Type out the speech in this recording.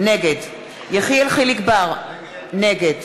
נגד יחיאל חיליק בר, נגד